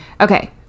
Okay